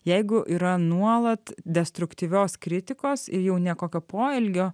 jeigu yra nuolat destruktyvios kritikos ir jau ne kokio poelgio